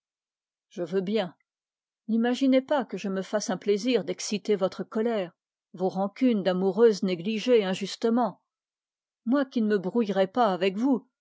je veux bien n'imaginez pas que je me fasse un plaisir d'exciter votre colère d'amoureuse négligée injustement moi qui ne me brouillerai pas avec vous